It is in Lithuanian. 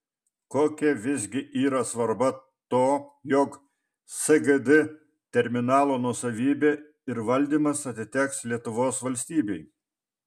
kokia visgi yra svarba to jog sgd terminalo nuosavybė ir valdymas atiteks lietuvos valstybei